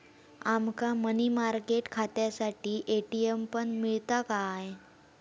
आमका money market खात्यासाठी ATM पण मिळता काय?